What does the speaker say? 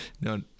No